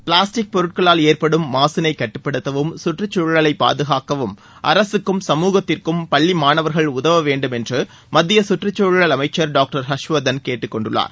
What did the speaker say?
plastic பொருட்களால் ஏற்படும் மாசினை கட்டுப்படுத்தவும் சுற்றுச்சூழலைப் பாதுகாக்கவும் அரசுக்கும் சமூகத்திற்கும் பள்ளி மாணவர்கள் உதவ வேண்டும் என்றும் மத்திய சுற்றுச்சூழல் அமைச்சர் டாங்டர் ஹர்ஷ்வர்தன் கேட்டுக்கொண்டுள்ளார்